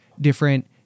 different